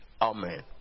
Amen